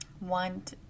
want